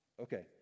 Okay